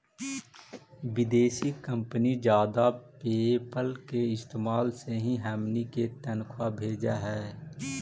विदेशी कंपनी जादा पयेपल के इस्तेमाल से ही हमनी के तनख्वा भेजऽ हइ